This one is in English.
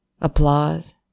Applause